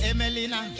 Emelina